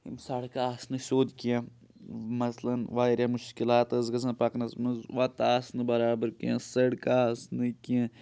سڑکہٕ آسہٕ نہٕ سیٚود کینٛہہ مثلن واریاہ مُشکلات ٲس گژھان پَکنَس منٛز وَتہٕ آسہٕ نہٕ بَرابَر کینٛہہ سَڑکہٕ آسہٕ نہٕ کینٛہہ